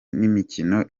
imikino